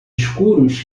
escuros